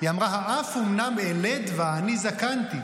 היא אמרה: "האף אמנם אלד ואני זקנתי".